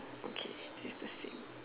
okay it's the same